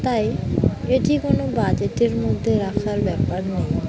তাই এটি কোনো বাজেটের মধ্যে রাখার ব্যাপার নেই